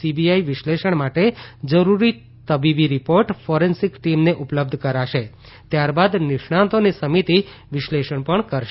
CBI વિશ્લેષણ માટે જરૂરી તબીબી રીપોર્ટ ફોરેન્સીક ટીમને ઉપલબ્ધ કરાવશે ત્યારબાદ નિષ્ણાંતોની સમિતિ વિશ્લેષણ કરશે